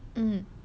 mmhmm